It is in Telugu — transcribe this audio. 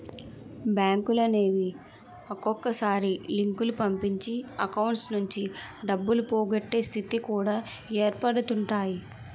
బ్యాంకులనేవి ఒక్కొక్కసారి లింకులు పంపించి అకౌంట్స్ నుంచి డబ్బులు పోగొట్టే స్థితి కూడా ఏర్పడుతుంటాయి